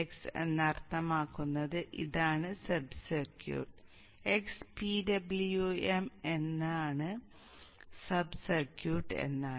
x അർത്ഥമാക്കുന്നത് ഇതാണ് sub circuit x PWM ആണ് സബ് സർക്യൂട്ട് എന്നാണ്